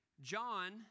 John